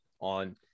on